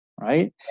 right